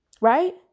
Right